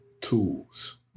tools